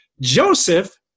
Joseph